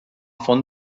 font